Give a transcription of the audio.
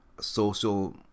social